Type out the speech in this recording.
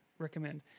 recommend